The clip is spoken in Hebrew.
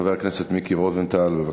חבר הכנסת מיקי רוזנטל, בבקשה.